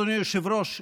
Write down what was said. אדוני היושב-ראש,